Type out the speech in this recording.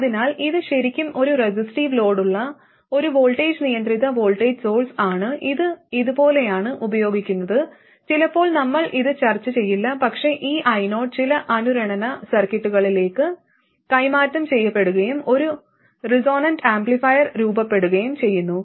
അതിനാൽ ഇത് ശരിക്കും ഒരു റെസിസ്റ്റീവ് ലോഡുള്ള ഒരു വോൾട്ടേജ് നിയന്ത്രിത വോൾട്ടേജ് സോഴ്സാണ് ഇത് ഇതുപോലെയാണ് ഉപയോഗിക്കുന്നത് ചിലപ്പോൾ നമ്മൾ ഇത് ചർച്ച ചെയ്യില്ല പക്ഷേ ഈ io ചില അനുരണന സർക്യൂട്ടുകളിലേക്ക് കൈമാറ്റം ചെയ്യപ്പെടുകയും ഒരു അനുരണന ആംപ്ലിഫയർ രൂപപ്പെടുകയും ചെയ്യുന്നു